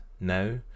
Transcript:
Now